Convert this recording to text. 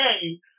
Hey